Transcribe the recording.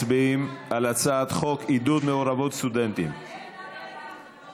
הצבענו לפני זה על הצעתו של חבר הכנסת יואב קיש על אישורי כניסה.